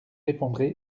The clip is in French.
répondrai